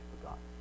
forgotten